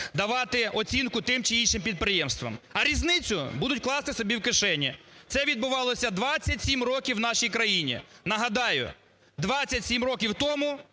давати оцінку тим чи іншим підприємствам, а різницю будуть класти собі в кишені. Це відбувалося 27 років в нашій країні. Нагадаю: 27 років тому